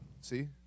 See